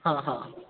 हा हा